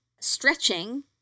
stretching